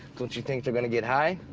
don't you think they're going to get high?